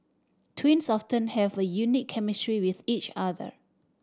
twins often have a unique chemistry with each other